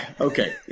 Okay